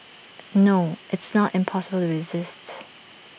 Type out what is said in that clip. no it's non impossible to resists